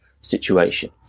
situation